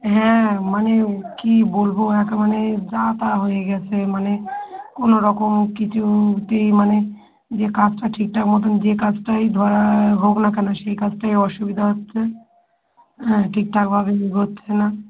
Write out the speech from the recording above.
হ্যাঁ মানে কী বলব একে মানে যা তা হয়ে গিয়েছে মানে কোনো রকম কিছুতেই মানে যে কাজটা ঠিকঠাক মতোন যে কাজটাই ধরা হোক না কেন সেই কাজটাই অসুবিধা হচ্ছে হ্যাঁ ঠিকঠাকভাবে এগোচ্ছে না